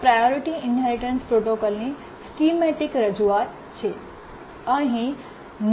આ priority inheritance પ્રોટોકોલની schematic રજૂઆત છે